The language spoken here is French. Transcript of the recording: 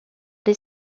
les